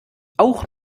auch